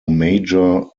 major